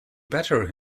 better